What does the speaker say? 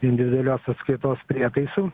individualios apskaitos prietaisų